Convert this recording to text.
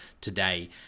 today